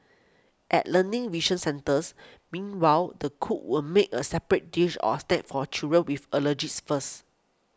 at Learning Vision centres meanwhile the cook will make a separate dish or snack for children with allergies first